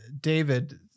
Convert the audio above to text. David